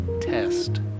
test